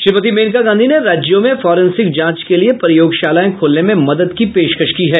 श्रीमती मेनका गांधी ने राज्यों में फोरेंसिक जांच के लिए प्रयोगशालाएं खोलने में मदद की पेशकश की है